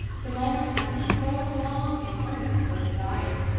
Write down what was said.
the moment i had so long and earnestly desired.